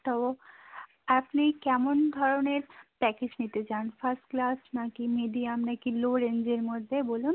তো আপনি কেমন ধরণের প্যাকেজ নিতে চান ফার্স্ট ক্লাস না কি মিডিয়াম না কি লো রেঞ্জের মধ্যে বলুন